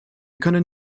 können